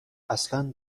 اصلا